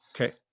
Okay